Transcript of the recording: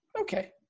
okay